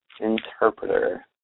interpreter